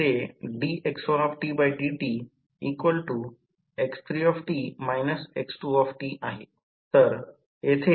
तर आता या प्रकरणात 11500 व्होल्ट म्हणून V1 ते जोडा म्हणजे A ते B पर्यंत जोडा